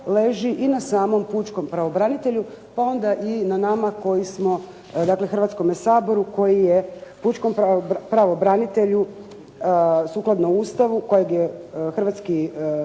leži i na samom pučkom pravobranitelju pa onda i na nama koji smo, dakle Hrvatskome saboru koji je, pučkom pravobranitelju sukladno Ustavu kojeg je Hrvatski